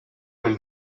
will